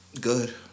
Good